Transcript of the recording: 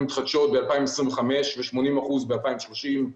מתחדשות ב-2025 ו-80 אחוזים ב-2030,